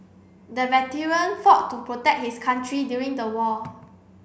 the veteran fought to protect his country during the war